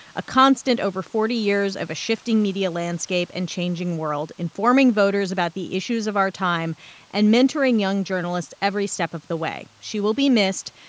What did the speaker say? a constant over forty years of a shifting media landscape and changing world, informing voters about the issues of our time and mentoring young journalists every step of the way. she will be missed,